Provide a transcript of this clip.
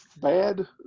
bad